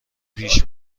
پیش